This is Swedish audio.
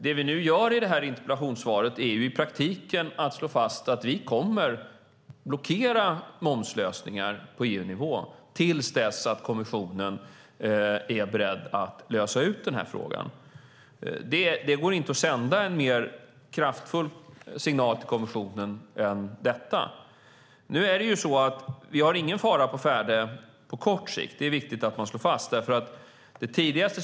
Det vi nu gör i det här interpellationssvaret är i praktiken att slå fast att vi kommer att blockera momslösningar på EU-nivå tills kommissionen är beredd att lösa ut den frågan. Det går inte att sända en mer kraftfull signal till kommissionen än detta. Det är ingen fara på färde på kort sikt - det är viktigt att slå fast.